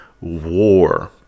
war